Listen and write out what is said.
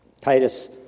Titus